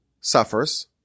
suffers